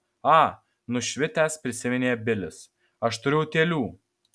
a nušvitęs prisiminė bilis aš turiu utėlių